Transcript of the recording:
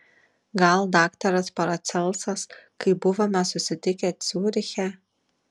gal daktaras paracelsas kai buvome susitikę ciuriche